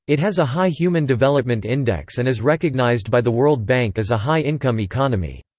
it has a high human development index and is recognised by the world bank as a high-income economy.